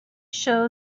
show